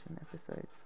episode